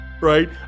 right